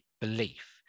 belief